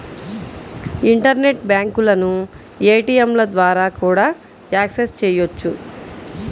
internet బ్యాంకులను ఏటీయంల ద్వారా కూడా యాక్సెస్ చెయ్యొచ్చు